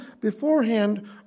beforehand